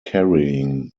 carrying